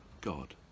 God